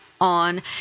on